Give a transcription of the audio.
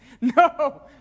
No